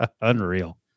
Unreal